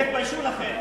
תתביישו לכם.